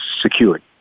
secured